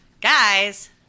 Guys